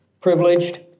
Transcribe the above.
privileged